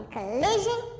Collision